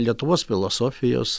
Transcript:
lietuvos filosofijos